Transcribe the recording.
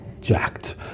jacked